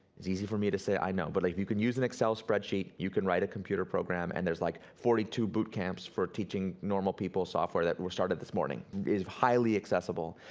it's easy for me to say, i know, but like if you can use an excel spreadsheet, you can write a computer program, and there's like forty two boot camps for teaching normal people software, that were started this morning. it is highly accessible,